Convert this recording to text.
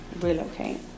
relocate